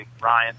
Ryan